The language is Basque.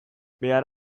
behar